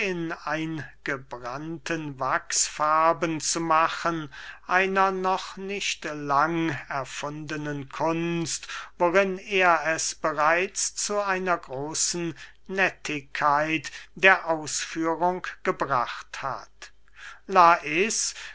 eingebrannten wachsfarben zu machen einer noch nicht lang erfundenen kunst worin er es bereits zu einer großen nettigkeit der ausführung gebracht hat lais